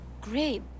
Great